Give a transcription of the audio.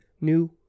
new